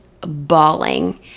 bawling